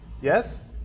Yes